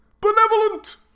Benevolent